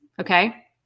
okay